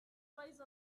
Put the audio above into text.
twice